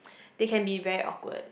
they can be very awkward